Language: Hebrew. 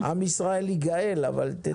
עם ישראל יגאל, אבל תיתן.